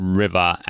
river